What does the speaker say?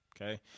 Okay